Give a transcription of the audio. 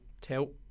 tilt